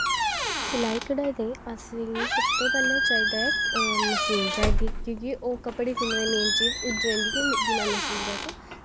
सिलाई कढ़ाई ताईं असेंगी सबतूं पैह्लें चाहिदा ऐ मशीन चाहिदी क्योंकि कपड़े सीह्ने ताईं मेन चीज़ उ'ऐ होंदी ऐ बिना मशीन दे अस